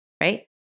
right